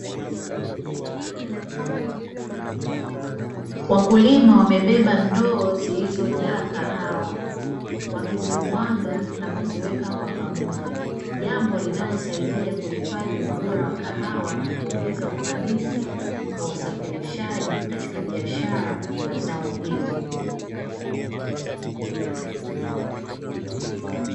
Wakulima wamebeba ndoo zilizojaa kahawa wakizimwaga na kuziweka kwa pamoja, jambo linalo saidia kuhifadhi ubora wa kahawa na kuongeza ufanisi wa usafirishaji katika biashara la zao hili.